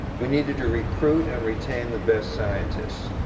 we needed to recruit and retain the best scientists,